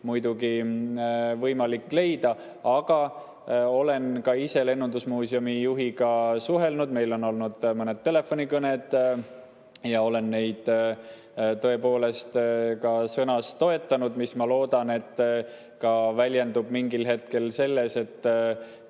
muidugi võimalik leida. Olen ka ise lennundusmuuseumi juhiga suhelnud, meil on olnud mõned telefonikõned ja olen neid tõepoolest ka sõnas toetanud, mis, ma loodan, väljendub mingil hetkel ka selles, et